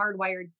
hardwired